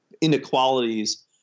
inequalities